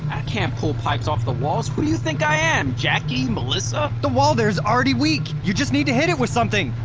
i can't pull pipes off of walls. who do you think i am jacki? melissa? the wall there is already weak, you just need to hit it with something!